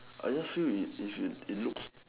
I just feel it it should it looks